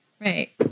right